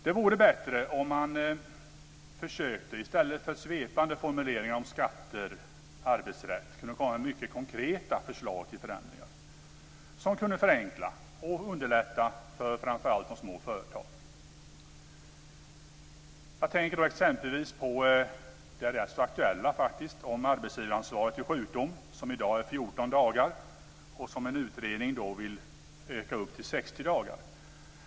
Det vore bättre om man i stället för att komma med svepande formuleringar om skatter och arbetsrätt kunde komma med mycket konkreta förslag till förändringar som kunde förenkla och underlätta för framför allt de små företagen. Jag tänker exempelvis på arbetsgivaransvaret vid sjukdom, som faktiskt är rätt så aktuellt. I dag är det 14 dagar, och en utredning vill öka det till 60 dagar.